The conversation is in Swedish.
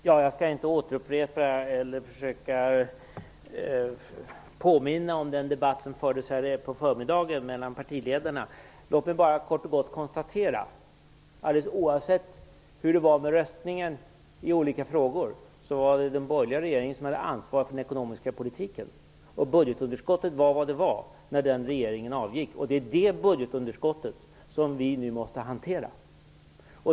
Herr talman! Jag skall inte återupprepa den debatt som fördes här på förmiddagen mellan partiledarna. Låt mig bara kort och gott konstatera att alldeles oavsett hur det var med röstningen i olika frågor, var det den borgerliga regeringen som hade ansvar för den ekonomiska politiken. Budgetunderskottet var vad det var när den regeringen avgick. Det är det budgetunderskottet som vi nu måste hantera.